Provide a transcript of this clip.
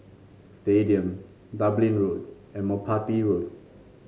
Stadium Dublin Road and Merpati Road